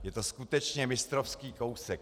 Je to skutečně mistrovský kousek.